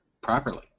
properly